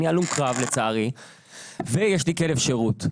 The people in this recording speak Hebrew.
אני הלום קרב לצערי ויש לי כלב שירות.